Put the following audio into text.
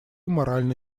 морально